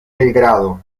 belgrado